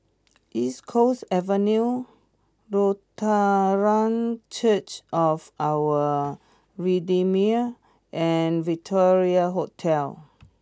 East Coast Avenue Lutheran Church of Our Redeemer and Victoria Hotel